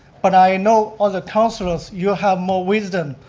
but i know all the councilors, you have more wisdom.